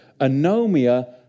Anomia